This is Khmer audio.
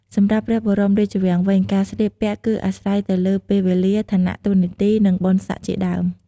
សម្រាប់ព្រះបរមរាជវាំងវិញ ការស្លៀកពាក់គឺអាស្រ័យទៅលើ ពេលវេលា ឋានៈតួនាទី និងបុណ្យស័ក្ដិជាដើម។